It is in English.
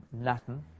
Latin